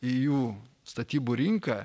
į jų statybų rinką